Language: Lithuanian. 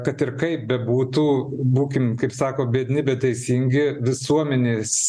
kad ir kaip bebūtų būkim kaip sako biedni bet teisingi visuomenės